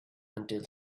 until